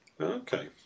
Okay